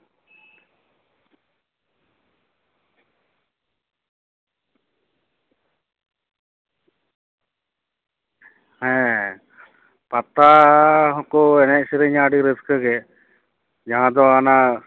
ᱦᱮᱸ ᱯᱟᱛᱟ ᱦᱚᱸᱠᱚ ᱮᱱᱮᱡ ᱥᱮᱨᱮᱧᱟ ᱟᱹᱰᱤ ᱨᱟᱹᱥᱠᱟᱹᱜᱮ ᱡᱟᱦᱟᱸ ᱫᱚ ᱦᱟᱱᱟ